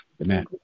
Amen